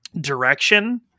direction